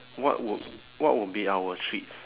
what would what would be our treats